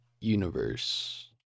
universe